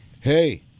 Hey